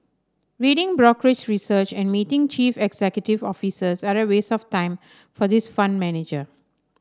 reading brokerage research and meeting chief executive officers are a waste of time for this fund manager